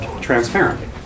transparently